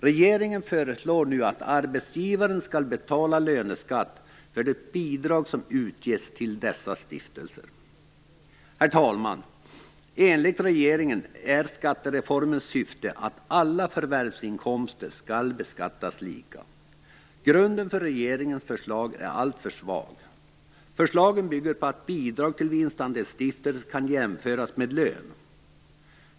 Regeringen föreslår nu att arbetsgivaren skall betala löneskatt för det bidrag som utges till dessa stiftelser. Herr talman! Enligt regeringen är skattereformens syfte att alla förvärvsinkomster skall beskattas lika. Grunden för regeringens förslag är alltför svag. Förslaget bygger på att bidrag till vinstandelsstiftelser kan jämföras med lön.